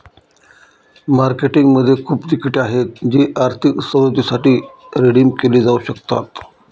मार्केटिंगमध्ये कूपन तिकिटे आहेत जी आर्थिक सवलतींसाठी रिडीम केली जाऊ शकतात